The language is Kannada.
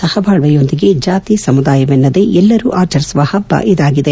ಸಹಬಾಳ್ವೆಯೊಂದಿಗೆ ಜಾತಿ ಸಮುದಾಯವೆನ್ನದೆ ಎಲ್ಲರೂ ಆಚರಿಸುವ ಹಬ್ಬ ಇದಾಗಿದೆ